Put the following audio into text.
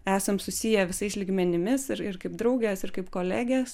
esam susiję visais lygmenimis ir ir kaip draugės ir kaip kolegės